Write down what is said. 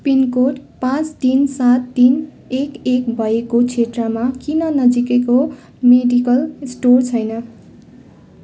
pin code पाँच तिन सात तिन एक एक भएको क्षेत्रमा किन नजिकैको मेडिकल स्टोर छैन